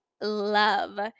love